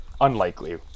unlikely